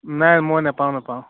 নাই মই নাপাওঁ নাপাওঁ